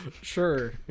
Sure